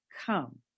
come